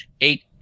Eight